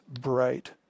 bright